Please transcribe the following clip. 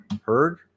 heard